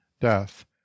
death